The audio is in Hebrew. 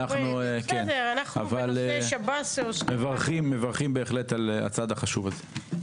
אנחנו מברכים בהחלט על הצעד החשוב הזה.